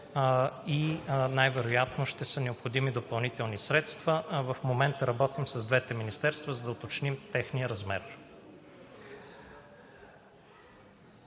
и най-вероятно ще са необходими допълнителни средства. В момента работим с двете министерства, за да уточним техния размер.